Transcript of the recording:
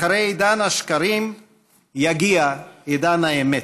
אחרי עידן השקרים יגיע עידן האמת.